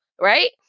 right